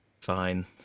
fine